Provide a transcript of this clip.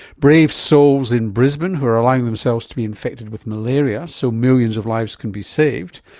brave souls in brisbane who are allowing themselves to be infected with malaria so millions of lives can be saved.